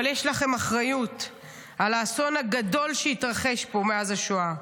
אבל יש לכם אחריות לאסון הגדול ביותר שהתרחש פה מאז השואה,